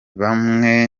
bamwe